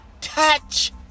touch